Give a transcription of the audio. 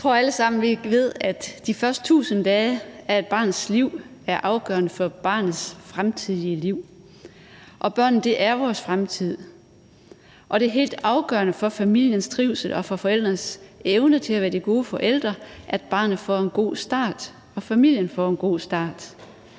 Jeg tror, at vi alle sammen ved, at de første 1.000 dage af et barns liv er afgørende for barnets fremtidige liv. Og børnene er vores fremtid, og det er helt afgørende for familiens trivsel og for forældrenes evne til at være gode forældre, at barnet får en god start og familien får en god start.